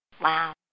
Wow